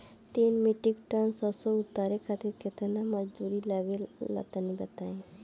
तीन metric ton सरसो उतारे खातिर केतना मजदूरी लगे ला तनि बताई?